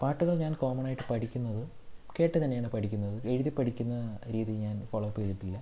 പാട്ടുകൾ ഞാൻ കോമണായിട്ട് പഠിക്കുന്നത് കേട്ട് തന്നെയാണ് പഠിക്കുന്നത് എഴുതിപ്പഠിക്കുന്ന രീതി ഞാൻ ഫോളോ അപ്പ് ചെയ്തിട്ടില്ല